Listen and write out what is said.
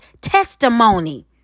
Testimony